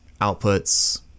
outputs